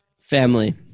Family